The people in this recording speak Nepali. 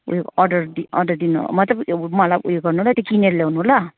ऊ यो अर्डर दि अर्डर दिनु मतलब उ मतलब ऊ यो गर्नु ल त्यो किनेर ल्याउनु ल